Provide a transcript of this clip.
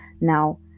Now